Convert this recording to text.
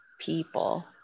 people